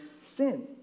sin